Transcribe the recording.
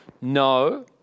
No